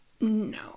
no